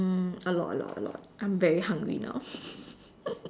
um a lot a lot a lot I'm very hungry now